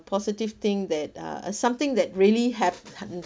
positive thing that uh a something that really have